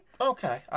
Okay